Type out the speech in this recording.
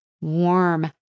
warm